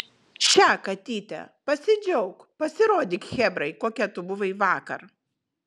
še katyte pasidžiauk pasirodyk chebrai kokia tu buvai vakar